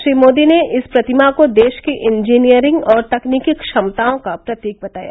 श्री मोदी ने इस प्रतिमा को देश की इंजीनियरिंग और तकनीकी क्षमताओं का प्रतीक बताया